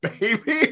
baby